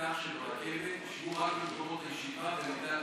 לכך שברכבת ישבו רק במקומות הישיבה ולא רק,